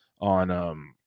on